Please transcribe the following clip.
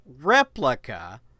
replica